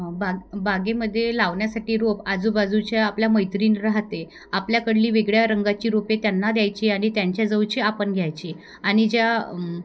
बाग बागेमध्ये लावण्यासाठी रोप आजूबाजूच्या आपल्या मैत्रीण राहते आपल्याकडली वेगळ्या रंगाची रोपे त्यांना द्यायची आणि त्यांच्या जवळची आपण घ्यायची आणि ज्या